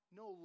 no